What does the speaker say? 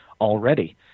already